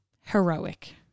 heroic